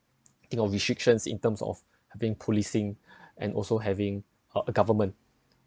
think of restrictions in terms of having policing and also having a government